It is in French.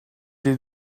les